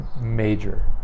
major